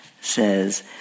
says